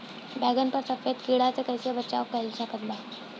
बैगन पर सफेद कीड़ा से कैसे बचाव कैल जा सकत बा?